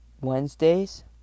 Wednesdays